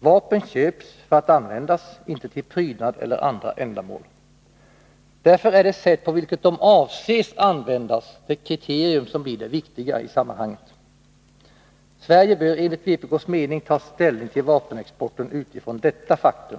Vapen köps inte för att användas till prydnad eller för andra liknande ändamål. Därför är det sätt på vilket de avses användas det kriterium som blir det viktiga i sammanhanget. Sverige bör enligt vpk:s mening ta ställning till vapenexporten utifrån detta faktum.